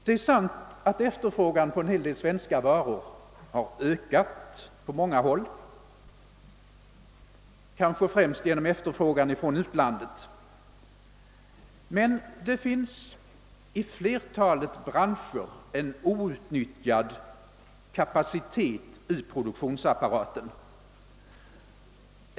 Det är sant att efterfrågan på en hel del svenska varor har ökat på många håll, kanske främst tack vare efterfrågan från utlandet. Men i flertalet branscher finns en outnyttjad kapacitet i produktionsapparaten.